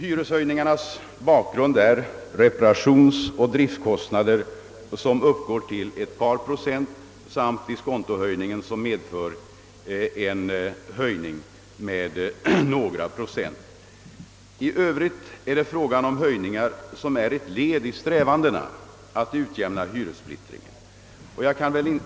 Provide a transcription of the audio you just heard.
Hyreshöjningarnas bakgrund är reparationsoch driftkostnader, som svarar för ett par procents hyreshöjning samt diskontohöjningen som medför en hyreshöjning på några procent. I övrigt är det fråga om höjningar som är ett led i strävandena att utjämna hyressplittringen.